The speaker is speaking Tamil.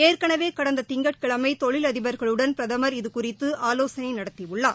ஏற்கனவே கடந்த திங்கட்கிழமை தொழிலதிபர்களுடன் பிரதமர் இது குறித்து ஆலோசனை நடத்திபுள்ளார்